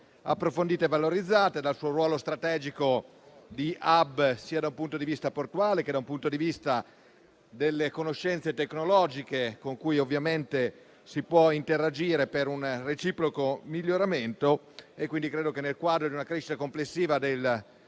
approfondite e valorizzate, a partire dal suo ruolo strategico di *hub* sia da un punto di vista portuale che da un punto di vista delle conoscenze tecnologiche, con cui ovviamente si può interagire per un reciproco miglioramento. Credo quindi che nel quadro di una crescita complessiva